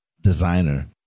designer